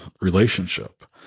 relationship